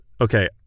okay